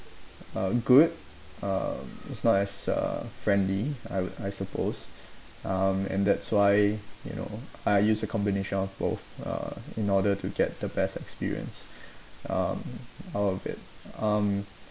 good uh it's not as uh friendly I would I suppose um and that's why you know I use a combination of both uh in order to get the best experience um out of it um